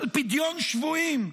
של פדיון שבויים,